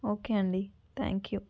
okay అండి thank you